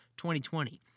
2020